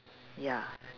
ya